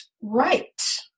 right